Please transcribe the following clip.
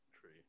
tree